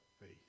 faith